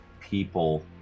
people